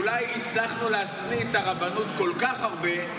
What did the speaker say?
אולי הצלחנו להשניא את הרבנות כל כך הרבה,